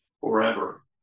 forever